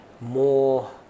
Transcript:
more